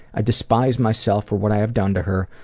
i despise myself for what i have done to her,